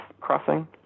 crossing